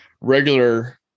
regular